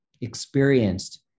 experienced